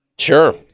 Sure